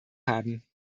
haben